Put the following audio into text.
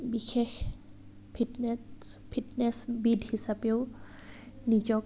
বিশেষ ফিটনেটছ ফিটনেছবিদ হিচাপেও নিজক